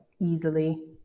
easily